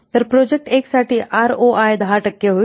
तर प्रोजेक्ट 1 साठी आरओआय 10 टक्के होईल